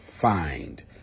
find